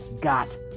got